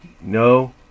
No